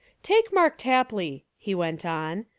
take mark tapley, he went on,